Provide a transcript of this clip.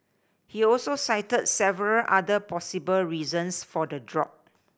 he also cited several other possible reasons for the drop